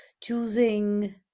choosing